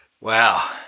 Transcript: Wow